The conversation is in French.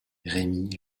rémy